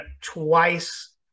twice